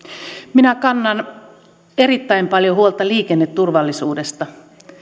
minä kannan erittäin paljon huolta liikenneturvallisuudesta